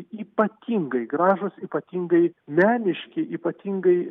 ypatingai gražūs ypatingai meniški ypatingai